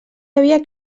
havia